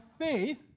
faith